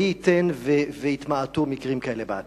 מי ייתן ויתמעטו מקרים כאלה בעתיד.